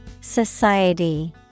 Society